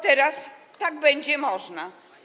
Teraz tak będzie można.